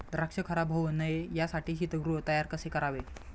द्राक्ष खराब होऊ नये यासाठी शीतगृह तयार कसे करावे?